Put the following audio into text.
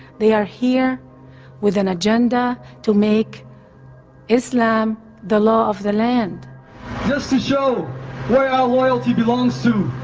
they are here with an agenda to make islam the law of the land just to show where our loyalty belongs soon